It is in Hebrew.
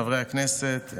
חברי הכנסת,